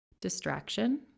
distraction